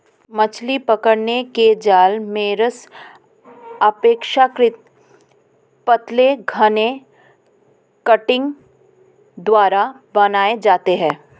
मछली पकड़ने के जाल मेशेस अपेक्षाकृत पतले धागे कंटिंग द्वारा बनाये जाते है